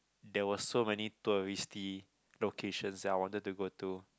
there was so many touristy locations that I wanted to go to